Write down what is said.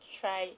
try